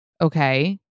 Okay